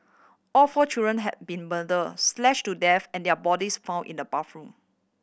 all four children had been murder slash to death and their bodies found in the bathroom